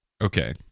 Okay